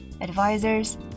advisors